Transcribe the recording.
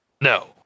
No